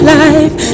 life